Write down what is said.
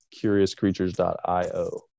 CuriousCreatures.io